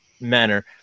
manner